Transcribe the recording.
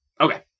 Okay